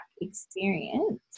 experience